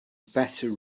better